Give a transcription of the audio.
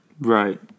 Right